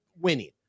winning